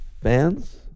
fans